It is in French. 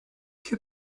que